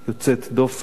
יוצאת דופן,